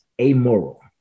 amoral